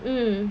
mm